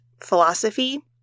Philosophy